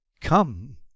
Come